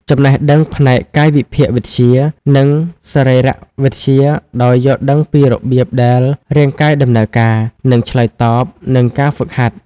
ចំណេះដឹងផ្នែកកាយវិភាគវិទ្យា និងសរីរវិទ្យាដោយ យល់ដឹងពីរបៀបដែលរាងកាយដំណើរការ និងឆ្លើយតបនឹងការហ្វឹកហាត់។